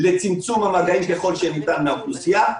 לצמצום המגעים ככל שניתן באוכלוסייה.